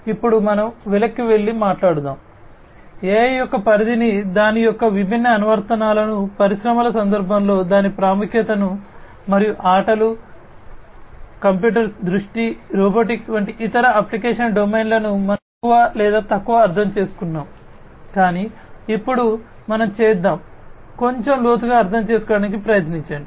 ఇప్పుడు మనం వెనక్కి వెళ్లి మాట్లాడుదాం AI యొక్క పరిధిని దాని యొక్క విభిన్న అనువర్తనాలను పరిశ్రమల సందర్భంలో దాని ప్రాముఖ్యతను మరియు ఆటలు కంప్యూటర్ దృష్టి రోబోటిక్స్ వంటి ఇతర అప్లికేషన్ డొమైన్లను మనం ఎక్కువ లేదా తక్కువ అర్థం చేసుకున్నాము కాని ఇప్పుడు మనం చేద్దాం కొంచెం లోతుగా అర్థం చేసుకోవడానికి ప్రయత్నించండి